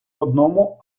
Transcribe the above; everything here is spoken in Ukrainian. одному